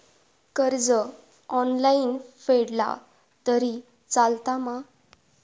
कर्ज ऑनलाइन फेडला तरी चलता मा?